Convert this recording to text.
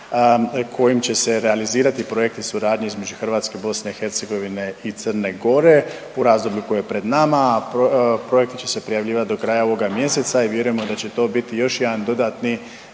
kojim će se realizirati projekti suradnje između Hrvatske, BiH i Crne Gore u razdoblju koje je pred nama, a projekti će se prijavljivati do kraja ovoga mjeseca i vjerujemo da će to biti još jedan dodatni